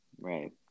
Right